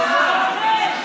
מנסור עבאס,